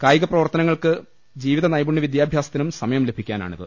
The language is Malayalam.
കായിക പ്രവർത്തനങ്ങൾക്കും ജീവിത നൈപുണ്യ വിദ്യാഭ്യാസത്തിനും സമയം ലഭിക്കാനാണിത്